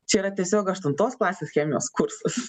čia yra tiesiog aštuntos klasės chemijos kursas